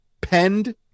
penned